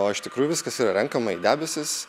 o iš tikrųjų viskas yra renkama į debesis